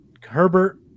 Herbert